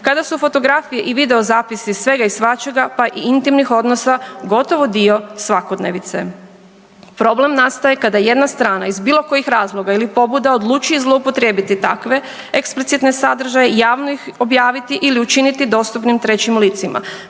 Kada su fotografije i videozapisi svega i svačega, pa i intimnih odnosa gotovo dio svakodnevice. Problem nastaje kada jedna strana iz bilo kojih razloga ili pobuda odlučuje zloupotrijebiti takve eksplicitne sadržaje i javno ih objaviti ili učiniti dostupnih trećim licima